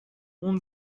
اون